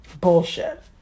Bullshit